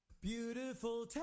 Beautiful